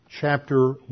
chapter